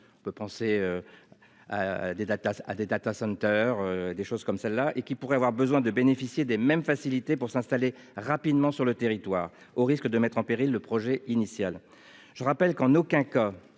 dates Atlas à des Data centers, des choses comme celles-là et qui pourrait avoir besoin de bénéficier des mêmes facilités pour s'installer rapidement sur le territoire au risque de mettre en péril le projet initial. Je rappelle qu'en aucun cas